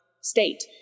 state